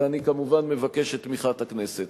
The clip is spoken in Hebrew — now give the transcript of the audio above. ואני כמובן מבקש את תמיכת הכנסת.